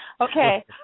Okay